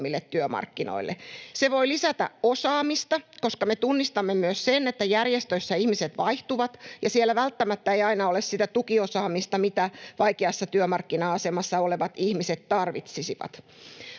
työmarkkinoille. Se voi lisätä osaamista, koska me tunnistamme myös sen, että järjestöissä ihmiset vaihtuvat ja siellä välttämättä ei aina ole sitä tukiosaamista, mitä vaikeassa työmarkkina-asemassa olevat ihmiset tarvitsisivat.